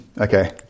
okay